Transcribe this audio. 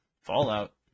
Fallout